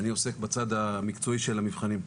אני עוסק בצד המקצועי של המבחנים.